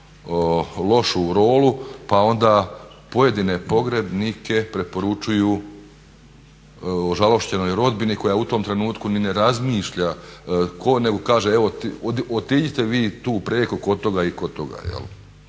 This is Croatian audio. lošu rolu pa onda pojedine pogrebnike preporučuju ožalošćenoj rodbini koja u tom trenutku niti ne razmišlja tko nego kaže evo otiđite vi tu preko kod toga i kod toga. Ali